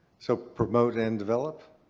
so promote and develop.